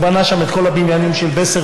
הוא בנה שם את כל הבניינים של ב.ס.ר,